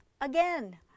again